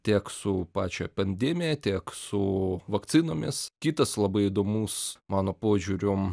tiek su pačia pandemija tiek su vakcinomis kitas labai įdomus mano požiūriu